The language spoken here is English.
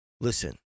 Listen